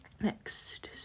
Next